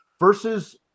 versus